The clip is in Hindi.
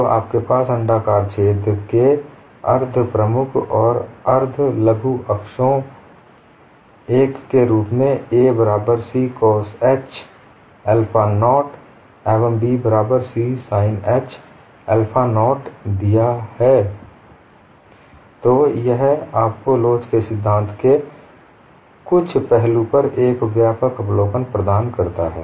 तो आपके पास अण्डाकार छेद के अर्ध प्रमुख और अर्ध लघु अक्षों एक के रूप में a बराबर c cos h alpha naught एवं b बराबर c sin h alpha naught दिया गया है तो यह आपको लोच के सिद्धांत के कुछ पहलू पर एक व्यापक अवलोकन प्रदान करता है